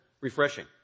refreshing